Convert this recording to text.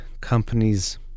companies